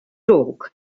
dog